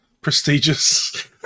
prestigious